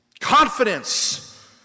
confidence